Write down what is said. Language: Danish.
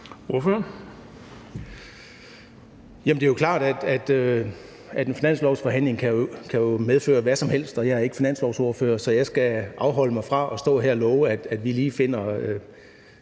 det er jo klart, at en finanslovsforhandling kan medføre hvad som helst. Jeg er ikke finanslovsordfører, så jeg skal afholde mig fra at stå her og love, at vi lige finder